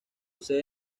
sede